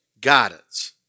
guidance